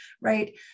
right